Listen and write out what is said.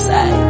Say